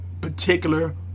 particular